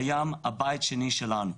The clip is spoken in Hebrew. הים הוא הבית השני שלנו.